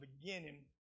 beginning